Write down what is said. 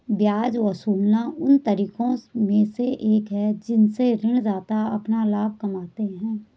ब्याज वसूलना उन तरीकों में से एक है जिनसे ऋणदाता अपना लाभ कमाते हैं